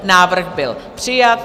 Návrh byl přijat.